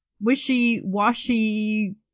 wishy-washy